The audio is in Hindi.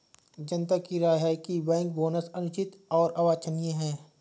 जनता की राय है कि बैंक बोनस अनुचित और अवांछनीय है